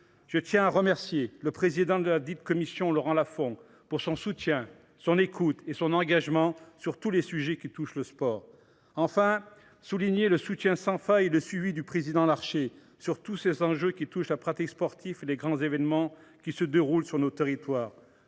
Je tiens à remercier le président de celle ci, Laurent Lafon, de son soutien, son écoute et son engagement sur tous les sujets qui concernent le sport. Enfin, je veux souligner le soutien sans faille et le suivi du président Larcher sur tous les enjeux qui touchent à la pratique sportive et aux grands événements qui se déroulent sur nos territoires.